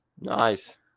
Nice